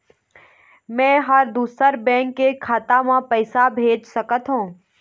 का मैं ह दूसर बैंक के खाता म पैसा भेज सकथों?